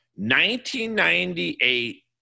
1998